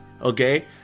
Okay